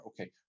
okay